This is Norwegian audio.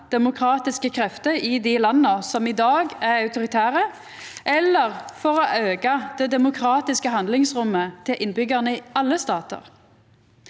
demokratiske krefter i dei landa som i dag er autoritære, eller for å auka det demokratiske handlingsrommet til innbyggjarane i alle statar.